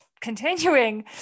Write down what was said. continuing